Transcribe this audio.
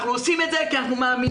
אנחנו עושים את זה כי אנחנו מאמינים